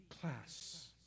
class